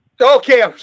Okay